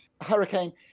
Hurricane